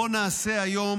בואו נעשה היום